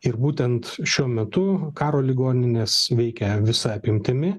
ir būtent šiuo metu karo ligoninės veikia visa apimtimi